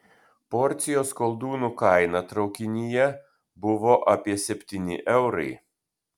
porcijos koldūnų kaina traukinyje buvo apie septyni eurai